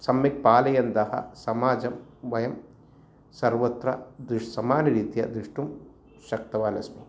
सम्यक् पालयन्तः समाजं वयं सर्वत्र दृस् समानरीत्या दृष्टुं शक्तवान् अस्मि